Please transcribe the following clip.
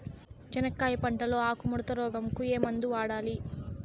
చెనక్కాయ పంట లో ఆకు ముడత రోగం కు ఏ మందు ఎంత వాడాలి?